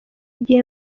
gihe